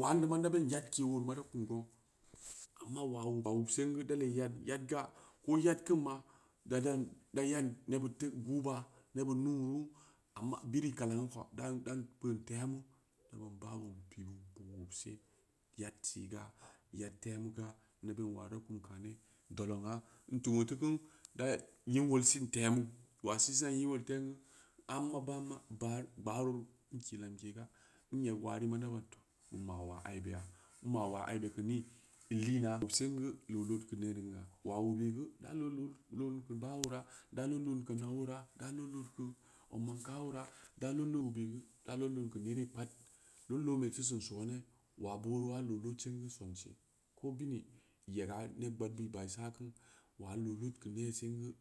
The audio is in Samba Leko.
waam meu ma neu be in nyedke oo ma da kum gong, nera waa oo be mab sanga da leun nyedga, ko nyed kinma ddaran nyad nebbid teu geu guba, neɓɓid nuuru, amma bireu kalengnu ko dan kpeun temu da bann baa bin pibin bin wusbse, yaad si’ ga, yaad ternga, na ben waa da kuni kaane, ndereu ma, n tuwu teu kunu da nyim weal si’n tenu, waa si’ sina nyim weal temu ga ama baa baaro n kill lamke ga n eg waa reu ma naban bin ma’ waa aive ya, n ma’ waa aibe geu nii? In liin beya bobsin loo lod geu neere ga, waa wubi geu da lod loon geu baa oora, da lod lod loon keu na oora, da lod loon keu, odmanka oora, dalod loon keu, da lod loon keu neere pad, lod loon be da sin sooni, waa beurowa loo lod sin geu sonse, ko beurouwa loo lod sin geu sonse, ko bini i ega ned gbaad bid ɓa sa kunah waa loo lod keu nee singu.